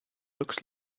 looks